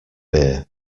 beer